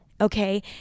okay